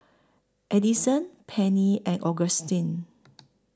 Adison Penny and Augustin